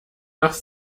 nach